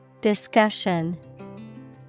discussion